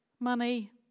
money